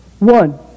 One